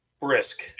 brisk